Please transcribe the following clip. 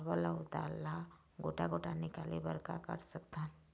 चावल अऊ दाल ला गोटा गोटा निकाले बर का कर सकथन?